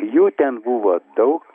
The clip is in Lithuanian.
jų ten buvo daug